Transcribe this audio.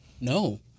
No